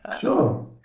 Sure